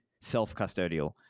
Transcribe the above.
self-custodial